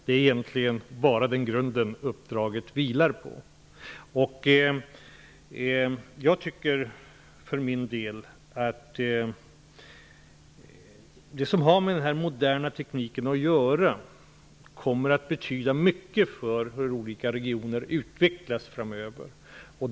Det är egentligen bara den grunden uppdraget vilar på. Det som har med denna moderna teknik att göra kommer att betyda mycket för hur olika regioner utvecklas framöver.